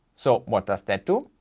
so what does that do?